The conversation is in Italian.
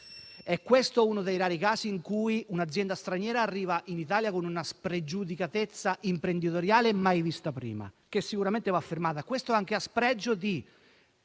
Questo è uno dei rari casi in cui un'azienda straniera arriva in Italia con una spregiudicatezza imprenditoriale mai vista prima, che sicuramente va fermata in quanto è anche a sfregio della